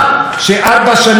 כתבו גם לך.